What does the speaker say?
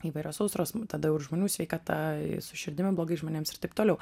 įvairios sausros tada jau ir žmonių sveikata su širdimi blogai žmonėms ir taip toliau